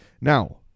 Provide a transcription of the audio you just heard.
Now